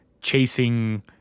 chasing